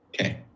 Okay